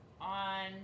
on